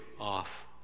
off